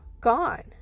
gone